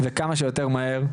וכמה שיותר מהר.